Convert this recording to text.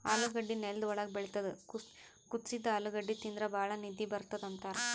ಆಲೂಗಡ್ಡಿ ನೆಲ್ದ್ ಒಳ್ಗ್ ಬೆಳಿತದ್ ಕುದಸಿದ್ದ್ ಆಲೂಗಡ್ಡಿ ತಿಂದ್ರ್ ಭಾಳ್ ನಿದ್ದಿ ಬರ್ತದ್ ಅಂತಾರ್